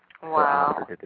Wow